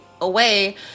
away